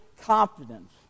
confidence